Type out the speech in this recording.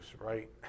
right